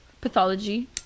Pathology